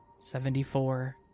seventy-four